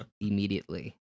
immediately